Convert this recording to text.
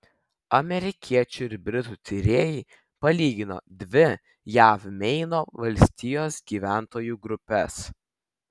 amerikiečių ir britų tyrėjai palygino dvi jav meino valstijos gyventojų grupes